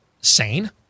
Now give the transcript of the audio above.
sane